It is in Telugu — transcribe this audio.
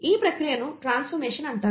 ఈ ప్రక్రియను ట్రాన్స్ఫార్మషన్ అంటారు